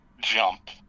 jump